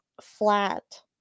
flat